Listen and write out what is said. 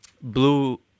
blue